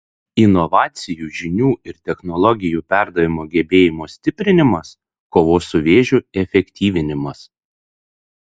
inovacijų žinių ir technologijų perdavimo gebėjimo stiprinimas kovos su vėžiu efektyvinimas